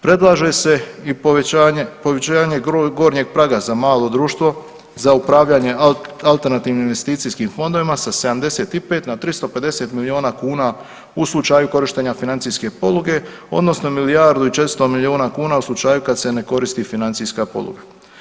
Predlaže se i povećanje gornjeg praga za malo društvo, za upravljanje alternativnim investicijskim fondovima sa 75 na 350 milijuna kuna u slučaju korištenja financijske poluge odnosno milijardu i 400 milijuna kuna u slučaju kad se ne koristi financijska poluga.